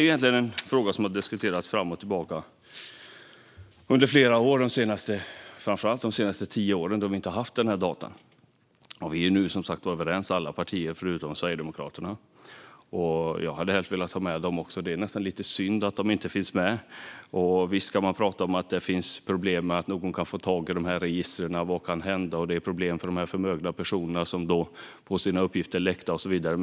Detta är en fråga som diskuterats fram och tillbaka under flera år - framför allt de senaste tio åren, då vi inte haft denna data. Nu är vi som sagt överens, alla partier utom Sverigedemokraterna. Jag hade helst velat ha med även dem. Det är nästan lite synd att de inte finns med. Visst kan man tala om att det finns problem. Någon kan få tag i registren, och vad kan då hända? Det blir problem för förmögna personer som får sina uppgifter läckta och så vidare.